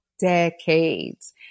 decades